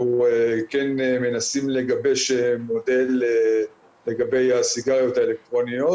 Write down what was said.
כן מנסים לגבש מודל לגבי הסיגריות האלקטרוניות.